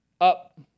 Up